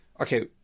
okay